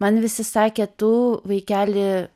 man visi sakė tu vaikeli